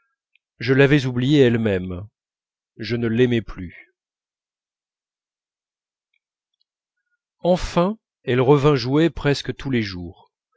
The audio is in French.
je l'avais oubliée elle-même je ne l'aimais plus enfin elle revint jouer presque tous les jours